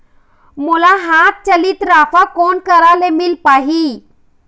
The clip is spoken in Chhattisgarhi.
मोला हाथ चलित राफा कोन करा ले मिल पाही?